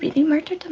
emerged